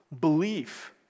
belief